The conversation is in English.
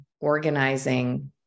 organizing